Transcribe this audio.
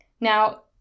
Now